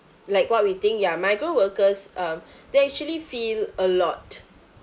like what we think ya migrant workers um they actually feel a lot